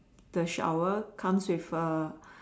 the shower comes with A